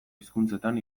hizkuntzetan